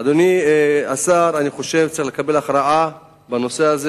אדוני השר, אני חושב שצריך לקבל הכרעה בנושא הזה